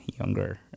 younger